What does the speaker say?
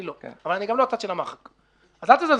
אני לא, אבל אני גם לא הצד של המחק, אז אל תזלזלו.